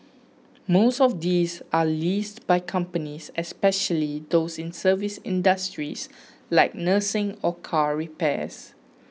most of these are leased by companies especially those in service industries like nursing or car repairs